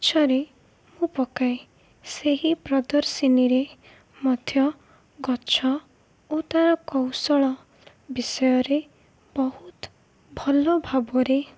ଗଛରେ ମୁଁ ପକାଏ ସେହି ପ୍ରଦର୍ଶନୀରେ ମଧ୍ୟ ଗଛ ଓ ତାର କୌଶଳ ବିଷୟରେ ବହୁତ ଭଲ ଭାବରେ